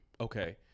Okay